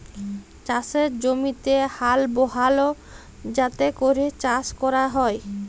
চাষের জমিতে হাল বহাল যাতে ক্যরে চাষ ক্যরা হ্যয়